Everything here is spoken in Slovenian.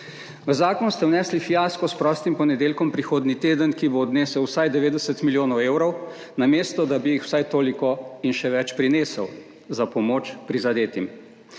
V zakon ste vnesli fiasko s prostim ponedeljkom prihodnji teden, ki bo odnesel vsaj 90 milijonov evrov, namesto da bi jih vsaj toliko in še več prinesel za pomoč prizadetim.